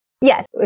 Yes